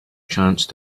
chance